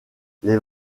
les